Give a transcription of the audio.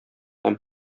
һәм